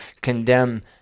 condemn